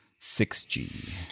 6G